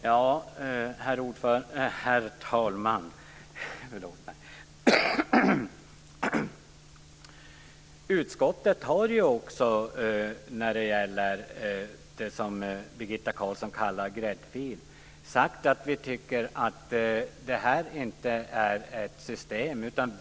Herr talman! När det gäller det som Birgitta Carlsson kallar för gräddfil har vi i utskottet sagt att vi tycker att detta inte är ett system.